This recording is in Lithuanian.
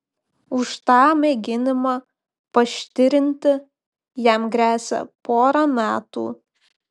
už tą mėginimą paštirinti jam gresia pora metų